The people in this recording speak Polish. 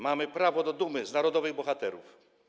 Mamy prawo do dumy z narodowych bohaterów.